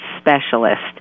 specialist